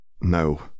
No